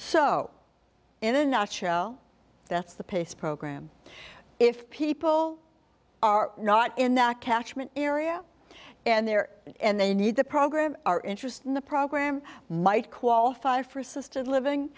so in a nutshell that's the pace program if people are not in that catchment area and there and they need the program our interest in the program might qualify for assistance living